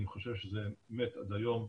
אני חושב שזה באמת עד היום,